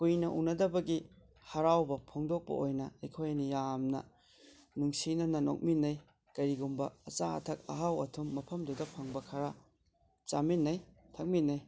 ꯀꯨꯏꯅ ꯎꯅꯗꯕꯒꯤ ꯍꯔꯥꯎꯕ ꯐꯣꯡꯗꯣꯛꯄ ꯑꯣꯏꯅ ꯑꯩꯈꯣꯏ ꯑꯅꯤ ꯌꯥꯝꯅ ꯅꯨꯡꯁꯤꯅꯅ ꯅꯣꯛꯃꯤꯟꯅꯩ ꯀꯔꯤꯒꯨꯝꯕ ꯑꯆꯥ ꯑꯊꯛ ꯑꯍꯥꯎ ꯑꯊꯨꯝ ꯃꯐꯝꯗꯨꯗ ꯐꯪꯕ ꯈꯔ ꯆꯥꯃꯤꯟꯅꯩ ꯊꯛꯃꯤꯟꯅꯩ